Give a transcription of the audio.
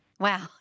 Wow